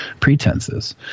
pretenses